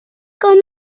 con